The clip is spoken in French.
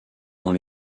dans